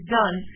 done